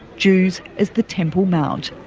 jews as the temple mount.